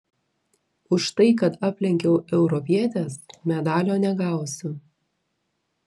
už tai kad aplenkiau europietes medalio negausiu